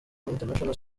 international